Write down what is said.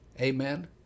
Amen